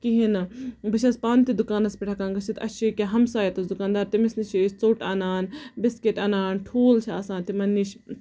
کِہیٖنۍ نہٕ بہٕ چھَس پانہٕ تہِ دُکانَس پٮ۪ٹھ ہٮ۪کان گٔژِتھ اَسہِ چھُ ییٚکیاہ ہَمساے ییٚتٮ۪س دُکان دار أسۍ چھِ تٔمِس نِش چھِ أسۍ ژوٚٹ اَنان بِسکِٹ اَنان ٹھوٗل چھِ آسان تِمَن نِش